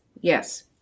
yes